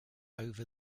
over